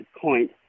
point